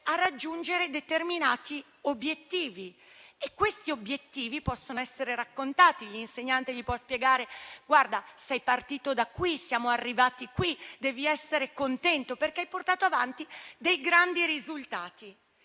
a raggiungere determinati obiettivi, che possono essere raccontati. L'insegnante gli può spiegare: «Guarda, sei partito da qui e siamo arrivati qui, devi essere contento, perché hai raggiunto dei grandi risultati».